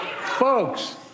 Folks